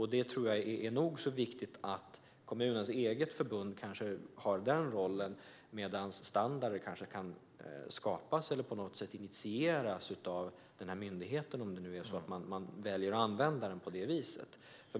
Jag tror att det är nog så viktigt att kommunens eget förbund har den rollen, medan standarder kanske kan skapas eller på något sätt initieras av den här myndigheten, om man nu väljer att använda den på det viset.